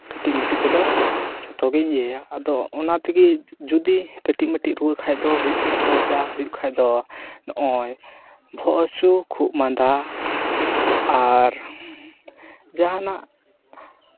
ᱠᱟᱹᱴᱤᱡᱼᱢᱟᱹᱴᱤᱡ ᱠᱚᱫᱚ ᱡᱷᱚᱛᱚ ᱜᱤᱧ ᱤᱭᱟᱹᱭᱟ ᱟᱫᱚ ᱚᱱᱟ ᱛᱮᱜᱤ ᱡᱩᱫᱤ ᱠᱟᱹᱴᱤᱡᱼᱢᱟᱹᱴᱤᱡ ᱨᱩᱣᱟᱹ ᱠᱷᱟᱱ ᱫᱚ ᱡᱟ ᱦᱩᱭᱩᱜ ᱠᱷᱟᱱ ᱫᱚ ᱱᱚᱜᱼᱚᱭ ᱵᱚᱦᱚᱜ ᱦᱟᱹᱥᱩ ᱠᱷᱩᱜ ᱢᱟᱸᱫᱟ ᱟᱨ ᱡᱟᱦᱟᱱᱟᱜ